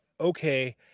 okay